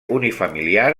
unifamiliar